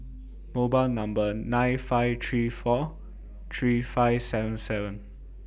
mobile Number nine five three four three five seven seven